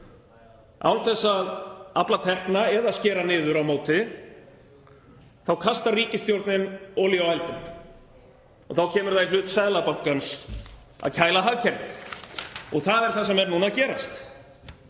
án þess að afla tekna eða skera niður á móti þá kastar ríkisstjórnin olíu á eldinn og þá kemur það í hlut Seðlabankans að kæla hagkerfið. Það er það sem er að gerast.